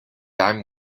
i’m